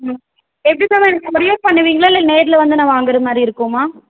ம் எப்படி மேம் எனக்கு கொரியர் பண்ணுவீங்களா இல்லை நேரில் வந்து நான் வாங்குகிற மாதிரி இருக்குமா